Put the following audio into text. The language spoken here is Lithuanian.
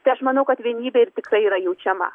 tai aš manau kad vienybė ir tikrai yra jaučiama